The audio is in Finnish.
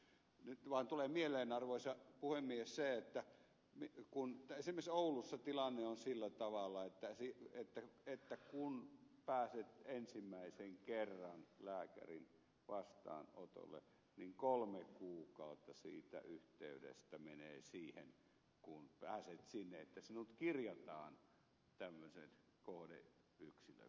nyt vaan tulee mieleen arvoisa puhemies se kun esimerkiksi oulussa tilanne on sillä tavalla että kun pääset ensimmäisen kerran lääkärin vastaanotolle niin kolme kuukautta siitä yhteydestä menee siihen kun pääset sinne että sinut kirjataan tämmöisen kohdeyksilöksi